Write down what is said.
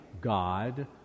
God